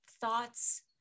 thoughts